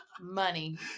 money